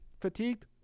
fatigued